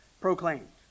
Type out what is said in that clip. proclaimed